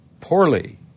poorly